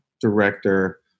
director